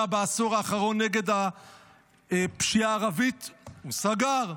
בעשור האחרון נגד הפשיעה הערבית הוא סגר,